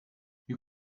you